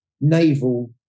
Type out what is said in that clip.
naval